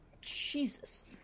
Jesus